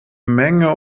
menge